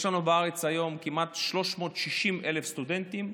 יש לנו בארץ היום כמעט 360,000 סטודנטים.